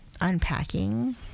unpacking